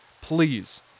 please